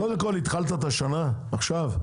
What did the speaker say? קודם כל התחלת את השנה עכשיו?